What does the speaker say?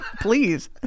Please